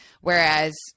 Whereas